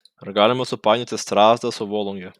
ar galima supainioti strazdą su volunge